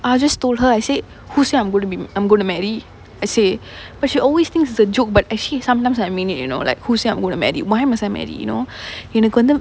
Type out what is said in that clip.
I just told her I said who say I'm gonna be I'm gonna marry I say but she always thinks it's a joke but actually sometimes I mean it you know like who say I'm gonna marry like why must I marry you know எனக்கு வந்து:enakku vanthu